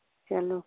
चलो